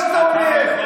לא נכון מה שאתה אומר.